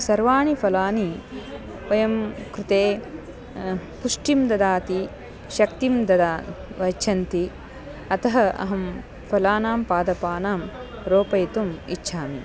सर्वाणि फलानि वयं कृते पुष्टिं ददाति शक्तिं ददाति यच्छन्ति अतः अहं फलानां पादपानां रोपयितुम् इच्छामि